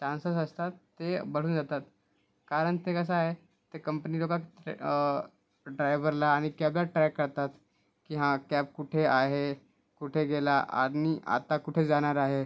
chances असतात ते बढून जातात कारण ते कसं आहे ते कंपनी लोकात ते ड्रायव्हरला आणि कॅब्या ट्रॅक करतात की हा कॅब कुठे आहे कुठे गेला आणि आता कुठे जाणार आहे